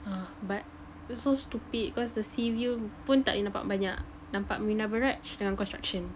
ah but that's so stupid cause the sea view pun tak yang nampak banyak nampak Marina Barrage dengan construction